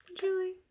Julie